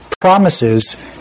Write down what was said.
promises